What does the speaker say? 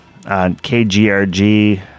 KGRG